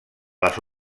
les